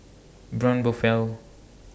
Braun Buffel